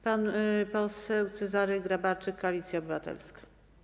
Pan poseł Cezary Grabarczyk, Koalicja Obywatelska.